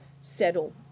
settle